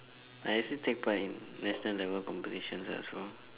I actually take part in national level competitions ah so